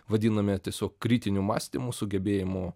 vadiname tiesiog kritiniu mąstymu sugebėjimu